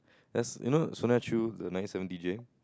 that's you know Sonia-Chew the nine eight seven D_J